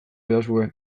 didazue